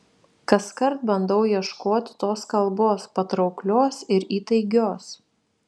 kaskart bandau ieškoti tos kalbos patrauklios ir įtaigios